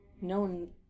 known